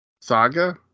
saga